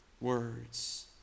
words